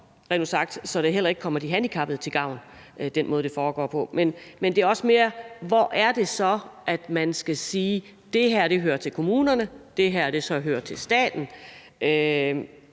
sagt heller ikke de handicappede til gavn. Men det er også mere noget med, hvor det så er, man skal sige: Det her hører til kommunerne, og det her hører så til staten.